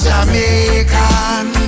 Jamaican